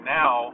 now